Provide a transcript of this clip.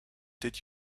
did